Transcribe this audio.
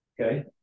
Okay